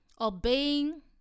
obeying